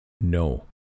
No